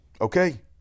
Okay